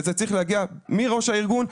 וזה צריך להגיע מראש הארגון,